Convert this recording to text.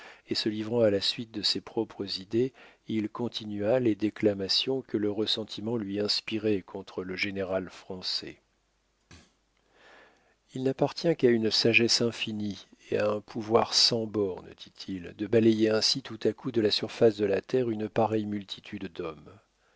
et se livrant à la suite de ses propres idées il continua les déclamations que le ressentiment lui inspirait contre le général français il n'appartient qu'à une sagesse infinie et à un pouvoir sans bornes dit-il de balayer ainsi tout à coup de la surface de la terre une pareille multitude d'hommes